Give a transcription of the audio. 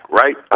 right